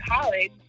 college